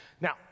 Now